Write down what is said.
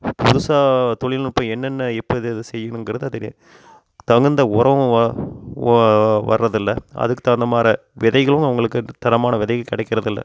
புதுசாக தொழில்நுட்பம் என்னென்ன இப்போ இது அது செய்கிணுங்கிறது அதுலே தகுந்த உரோம் வா வா வர்றதில்ல அதுக்கு தகுந்த மார விதைகளும் அவங்களுக்கு தரமான விதைகள் கிடைக்கிறதில்ல